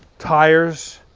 tires.